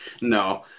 no